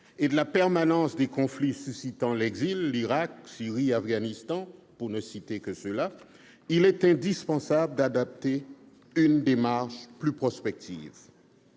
et de la permanence des conflits suscitant l'exil- Irak, Syrie, Afghanistan, pour ne citer que ces pays -, il est indispensable d'adopter une démarche plus prospective.